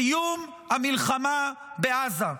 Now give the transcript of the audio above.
סיום המלחמה בעזה.